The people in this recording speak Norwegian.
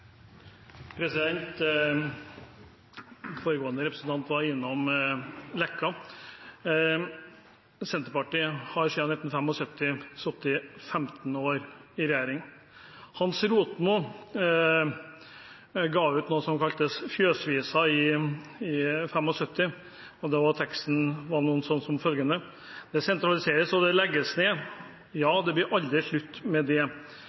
Foregående representant var innom Leka. Senterpartiet har siden 1975 sittet 15 år i regjering. Hans Rotmo ga ut noe som kaltes «Fjøsvisa» i 1975, og teksten var følgende: «Det sentraliseres og det legges ned, ja, det bli ailler slut med det!»